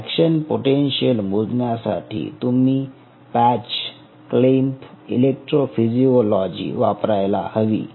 action potential मोजण्यासाठी तुम्ही patch clamp electrophysiology वापरायला हवी